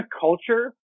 culture